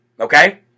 Okay